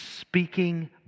speaking